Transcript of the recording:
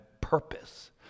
purpose